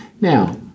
Now